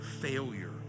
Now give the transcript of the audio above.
failure